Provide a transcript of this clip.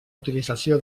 utilització